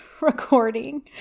recording